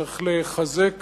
צריך לחזק